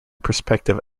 perspective